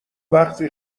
وقتی